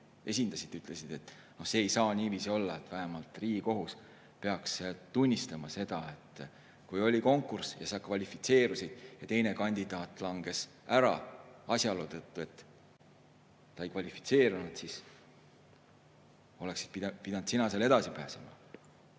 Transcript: esindasid, ütlesid aga, et see ei saa niiviisi olla. Vähemalt Riigikohus peaks tunnistama, et kui oli konkurss ja sa kvalifitseerusid ja teine kandidaat langes ära, asjaoludel, et ta ei kvalifitseerunud, siis oleksid pidanud sina seal edasi pääsema.